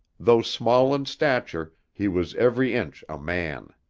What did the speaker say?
though small in stature, he was every inch a man.